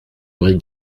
aurez